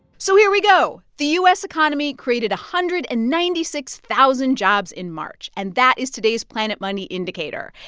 so here we go. the u s. economy created one hundred and ninety six thousand jobs in march, and that is today's planet money indicator.